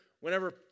whenever